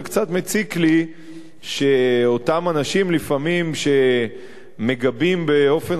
וקצת מציק לי שלפעמים אותם אנשים שמגבים באופן